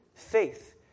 faith